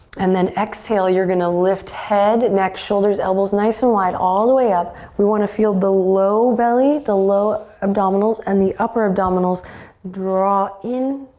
and then exhale, you're going to lift head, neck, shoulders, elbows, nice and wide all the way up. we want to feel the low belly, the low abdominals and the upper abdominals draw in,